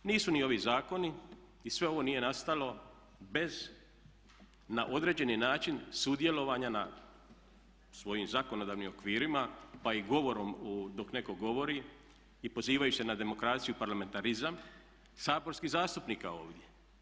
Nisu ni ovi zakoni i sve ovo nije nastalo bez na određeni način sudjelovanja na svojim zakonodavnim okvirima, pa i govorom dok netko govori i pozivaju se na demokraciju, parlamentarizam saborskih zastupnika ovdje.